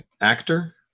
actor